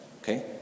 Okay